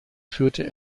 führte